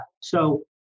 So-